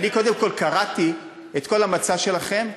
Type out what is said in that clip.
קודם כול קראתי את כל המצע שלכם,